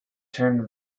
term